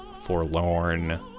forlorn